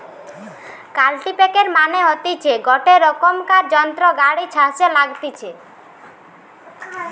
কাল্টিপ্যাকের মানে হতিছে গটে রোকমকার যন্ত্র গাড়ি ছাসে লাগতিছে